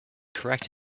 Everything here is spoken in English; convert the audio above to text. correct